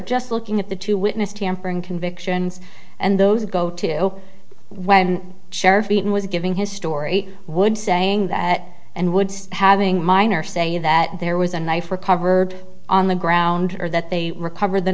just looking at the two witness tampering convictions and those go to when sheriff eaton was giving his story would saying that and woods having minor say that there was a knife recovered on the ground or that they recovered the